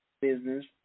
business